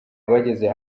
bageze